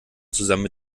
zusammen